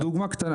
דוגמה קטנה.